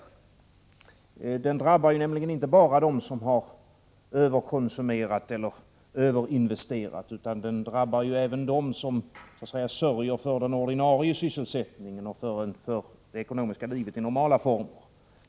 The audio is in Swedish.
Åtgärderna drabbar nämligen inte bara dem som har överkonsumerat eller överinvesterat utan även dem som så att säga sörjer för den ordinarie sysselsättningen och för det ekonomiska livet i normala former.